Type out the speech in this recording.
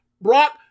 Brock